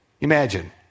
Imagine